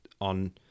on